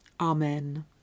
Amen